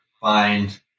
find